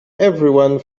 everyone